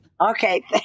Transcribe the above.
Okay